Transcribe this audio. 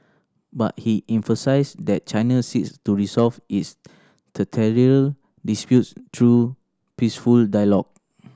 but he emphasised that China seeks to resolve its disputes through peaceful dialogue